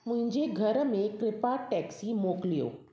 मुंहिंजे घर में कृपा टैक्सी मोकिलियो